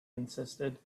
insisted